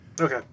Okay